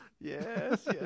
Yes